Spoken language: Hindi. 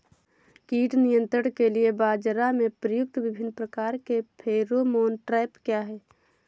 कीट नियंत्रण के लिए बाजरा में प्रयुक्त विभिन्न प्रकार के फेरोमोन ट्रैप क्या है?